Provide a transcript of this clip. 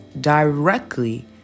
directly